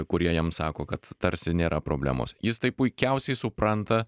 kur jie jam sako kad tarsi nėra problemos jis tai puikiausiai supranta